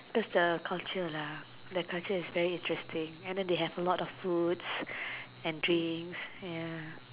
that's the culture lah their culture is very interesting and they have a lot of foods and drinks ya